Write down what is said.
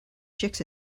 chicks